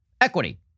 equity